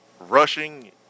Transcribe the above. rushing